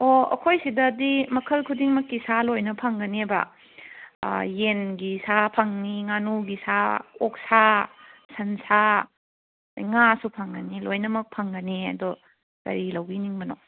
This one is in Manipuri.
ꯑꯣ ꯑꯩꯈꯣꯏ ꯁꯤꯗꯗꯤ ꯃꯈꯜ ꯈꯨꯗꯤꯡꯃꯛꯀꯤ ꯁꯥ ꯂꯣꯏꯅ ꯐꯪꯒꯅꯦꯕ ꯌꯦꯟꯒꯤ ꯁꯥ ꯐꯪꯅꯤ ꯉꯥꯅꯨꯒꯤ ꯁꯥ ꯑꯣꯛꯁꯥ ꯁꯟꯁꯥ ꯉꯥꯁꯨ ꯐꯪꯒꯅꯤ ꯂꯣꯏꯅꯃꯛ ꯐꯪꯒꯅꯤ ꯑꯗꯣ ꯀꯔꯤ ꯂꯧꯕꯤꯅꯤꯡꯕꯅꯣ